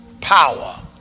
power